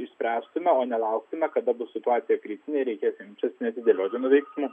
išspręstume o ne laukiame kada bus situacija kritinė ir reikės imtis neatidėliotinų veiksmų